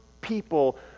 people